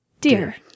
dear